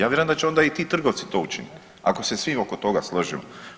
Ja vjerujem da će onda i ti trgovci to učiniti ako se svi oko toga složimo.